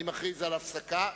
אני מכריז על הפסקה.